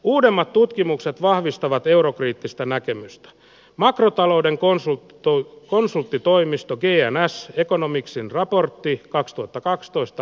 uudemmat tutkimukset vahvistavat eurokriittistä näkemystään makrotalouden konsultoi konsulttitoimistokin jännä economicsin raportti kaksituhattakaksitoista